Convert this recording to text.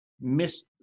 miss